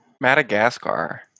Madagascar